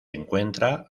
encuentra